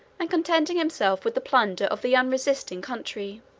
and contenting himself with the plunder of the unresisting country.